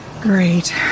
Great